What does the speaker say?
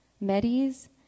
Medes